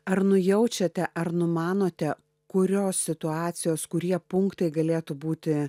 ar nujaučiate ar numanote kurios situacijos kurie punktai galėtų būti